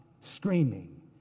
screaming